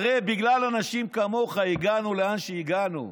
הרי בגלל אנשים כמוך הגענו לאן שהגענו,